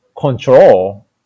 control